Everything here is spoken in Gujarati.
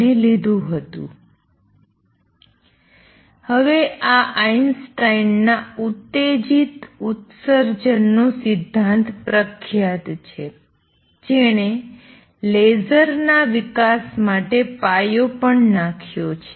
અને હવે આ આઇન્સ્ટાઇનના ઉત્તેજીત ઉત્સર્જન નો સિદ્ધાંત પ્રખ્યાત છે જેણે લેઝર ના વિકાસ માટે પાયો પણ નાખ્યો છે